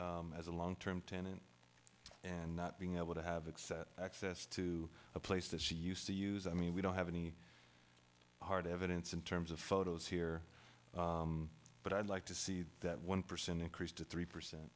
me as a long term tenant and not being able to have excess access to a place that she used to use i mean we don't have any hard evidence in terms of photos here but i'd like to see that one percent increase to three percent